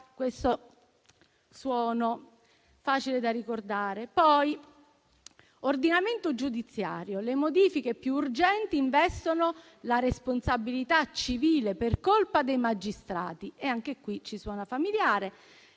(questo suono è facile da ricordare). Leggo inoltre che, sull'ordinamento giudiziario, le modifiche più urgenti investono la responsabilità civile per colpa dei magistrati (anche questo ci suona familiare),